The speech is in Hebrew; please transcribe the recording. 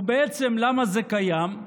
ובעצם למה זה קיים?